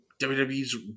WWE's